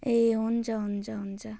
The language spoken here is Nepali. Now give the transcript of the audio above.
ए हुन्छ हुन्छ हुन्छ